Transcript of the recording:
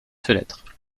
fenêtres